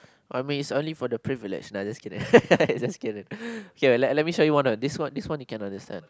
I mean it's only for the privileged nah just kidding let let me show you one uh this one this one you can understand